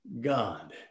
God